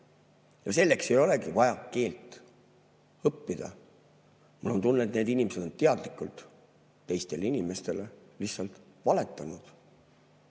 ja sellepärast ei olegi vaja keelt õppida. Mul on tunne, et need inimesed on teadlikult teistele inimestele valetanud.